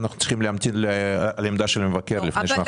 אנחנו צריכים להמתין לעמדה של המבקר לפני שאנחנו נדבר.